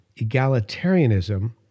egalitarianism